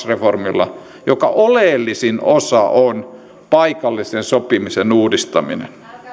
reformilla jonka oleellisin osa on paikallisen sopimisen uudistaminen